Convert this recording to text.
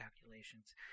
calculations